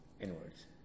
inwards